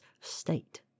state